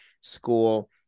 school